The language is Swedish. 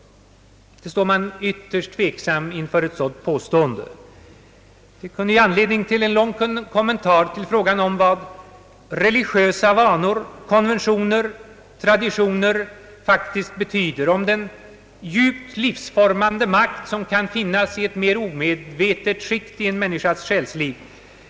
Jag står ytterst tveksam inför ett sådant påstående. Det kan ge anledning till en lång kommentar till frågan om vad religiösa vanor, konventioner och traditioner faktiskt betyder och om den djupt livsformande makt som kan finnas i ett mer omedvetet skikt i en människas själsliv.